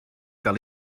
gael